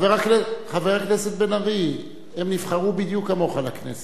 חבר הכנסת בן-ארי, הם נבחרו בדיוק כמוך לכנסת,